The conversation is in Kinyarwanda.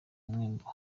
mwendo